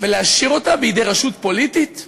ולהשאיר אותה בידי רשות פוליטית?